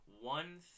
One